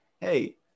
hey